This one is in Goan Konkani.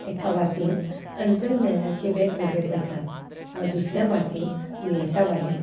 एका वाटेन तंत्रज्ञानाचे वेगवेगळे बदलाव वा दुसऱ्या वाटेन दुयेंसां वाडलीं